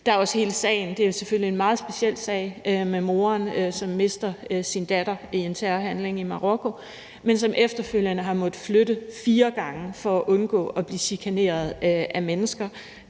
Der er også hele sagen – det er selvfølgelig en meget speciel sag – med moren, som mister sin datter i en terrorhandling i Marokko, men som efterfølgende har måttet flytte fire gange for at undgå at blive chikaneret af mennesker,